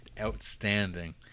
Outstanding